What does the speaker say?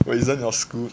wait isn't your school